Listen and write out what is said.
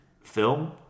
film